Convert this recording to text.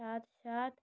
সাত সাত